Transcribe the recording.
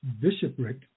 bishopric